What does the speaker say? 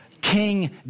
King